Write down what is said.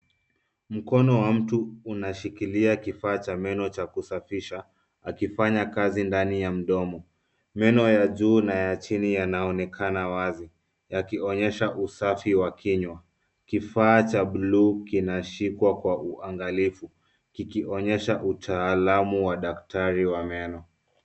Mkono wa mtu unashikilia kifaa cha meno cha kusafisha, akifanya kazi ndani ya mdomo. Meno ya juu na ya chini yanaonekana wazi yakionyesha usafi wa kinywa. Kifaa cha bluu kinashikwa kwa uangalifu, kikionyesha utaalamu wa daktari wa meno.